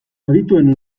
adituen